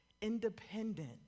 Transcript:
independent